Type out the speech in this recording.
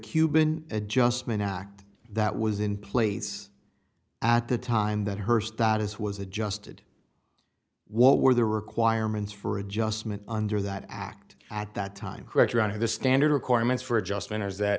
cuban adjustment act that was in place at the time that hearst that is was adjusted what were the requirements for adjustment under that act at that time correct or out of the standard requirements for adjustment is that